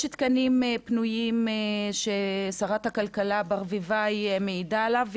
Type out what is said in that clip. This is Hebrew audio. יש תקנים פנויים ששרת הכלכלה ברביבאי מעידה עליהם,